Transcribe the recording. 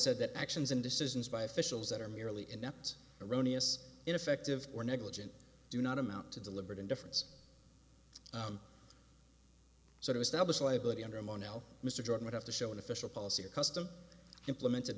said that actions and decisions by officials that are merely inept erroneous ineffective or negligent do not amount to deliberate indifference so to establish liability under mondale mr george would have to show an official policy or custom implemented